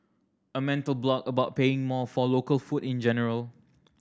a mental block about paying more for local food in general